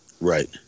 Right